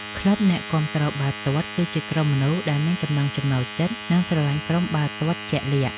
ក្លឹបអ្នកគាំទ្របាល់ទាត់ គឺជាក្រុមមនុស្សដែលមានចំណង់ចំណូលចិត្ត និងស្រលាញ់ក្រុមបាល់ទាត់ជាក់លាក់។